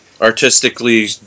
artistically